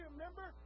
Remember